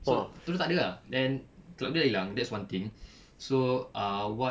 so terus takde ah then club dia hilang that's one thing so uh what